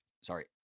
Sorry